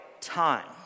time